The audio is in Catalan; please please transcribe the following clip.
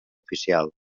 oficial